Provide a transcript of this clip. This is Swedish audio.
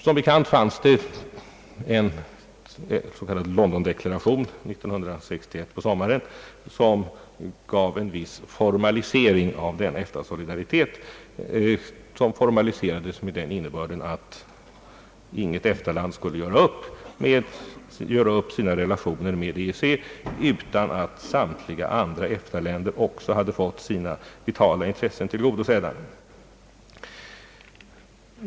Som bekant gav den s.k. Londondeklarationen 1961 en viss formalisering av denna EFTA-solidaritet. Innebörden var att inget EFTA-land skulle göra upp sina relationer med EEC utan att samtliga andra EFTA-länder också hade fått sina vitala intressen tillgodosedda.